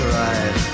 right